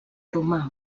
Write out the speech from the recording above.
romà